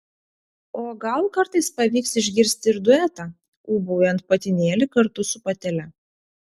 o gal kartais pavyks išgirsti ir duetą ūbaujant patinėlį kartu su patele